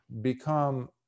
become